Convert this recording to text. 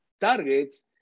targets